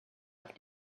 auf